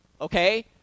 Okay